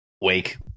Wake